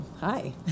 Hi